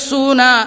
Suna